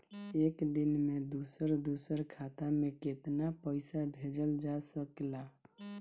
एक दिन में दूसर दूसर खाता में केतना पईसा भेजल जा सेकला?